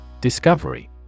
Discovery